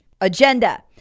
agenda